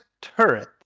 turret